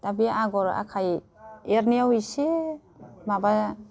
दा बे आगर आखाय एरनायाव एसे माबा